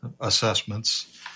assessments